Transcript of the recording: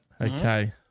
Okay